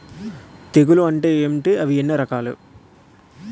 తెగులు అంటే ఏంటి అవి ఎన్ని రకాలు?